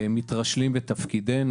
מתרשלים בתפקידנו.